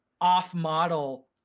off-model